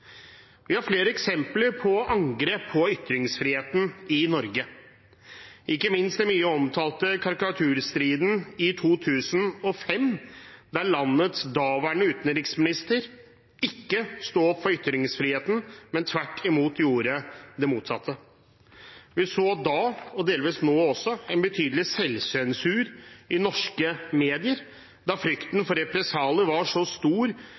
Vi har flere eksempler på angrep på ytringsfriheten i Norge, ikke minst den mye omtalte karikaturstriden i 2005, da landets daværende utenriksminister ikke sto opp for ytringsfriheten, men tvert imot gjorde det motsatte. Vi så da – og delvis nå også – en betydelig selvsensur i norske medier, da frykten for represalier var så stor